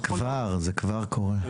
זה כבר, זה כבר קורה.